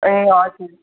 ए हजुर